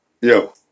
yo